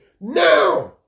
now